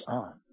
on